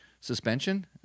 suspension